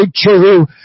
true